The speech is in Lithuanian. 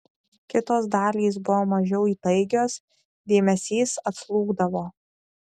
kitos dalys buvo mažiau įtaigios dėmesys atslūgdavo